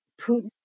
Putin